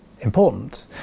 important